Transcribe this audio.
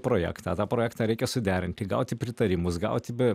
projektą tą projektą reikia suderinti gauti pritarimus gauti be